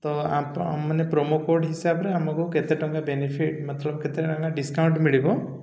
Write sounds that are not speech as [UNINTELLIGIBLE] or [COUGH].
ତ [UNINTELLIGIBLE] ମାନେ promo code ହିସାବରେ ଆମକୁ କେତେ ଟଙ୍କା ବେନିଫିଟ୍ ମାତ୍ର କେତେ ଟଙ୍କା ଡିସ୍କାଉଣ୍ଟ୍ ମିଳିବ